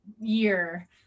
year